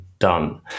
done